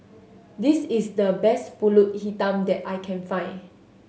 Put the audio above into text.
this is the best Pulut Hitam that I can find